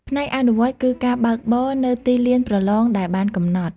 ផ្នែកអនុវត្តគឺការបើកបរនៅទីលានប្រឡងដែលបានកំណត់។